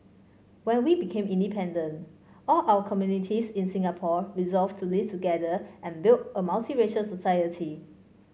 when we became independent all our communities in Singapore resolved to live together and build a multiracial society